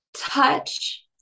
touch